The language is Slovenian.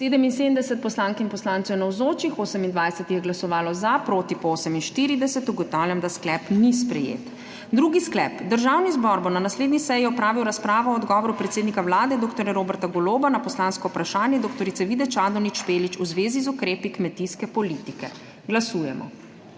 77 poslank in poslancev je navzočih, 28 je glasovalo za, proti pa 48. (Za je glasovalo 28.) (Proti 48.) Ugotavljam, da sklep ni sprejet. Drugi sklep: Državni zbor bo na naslednji seji opravil razpravo o odgovoru predsednika Vlade dr. Roberta Goloba na poslansko vprašanje dr. Vide Čadonič Špelič v zvezi z ukrepi kmetijske politike. Glasujemo.